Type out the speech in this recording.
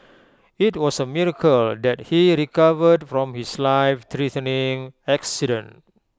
IT was A miracle that he recovered from his life threatening accident